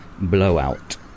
Blowout